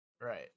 Right